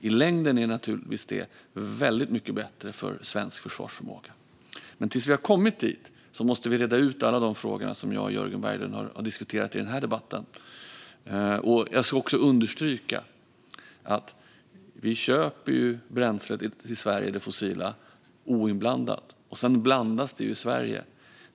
I längden är det naturligtvis mycket bättre för svensk försvarsförmåga. Men tills vi har kommit dit måste vi reda ut alla de frågor som jag och Jörgen Berglund har diskuterat i den här debatten. Jag vill också understryka att det fossila bränsle som vi köper till Sverige är oinblandat. Det blandas i Sverige.